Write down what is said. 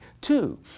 two